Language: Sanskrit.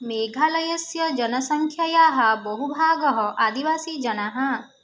मेघालयस्य जनसङ्ख्यायाः बहुभागः आदिवासीजनः